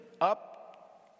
up